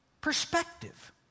perspective